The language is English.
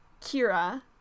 Kira